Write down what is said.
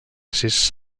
sis